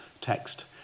text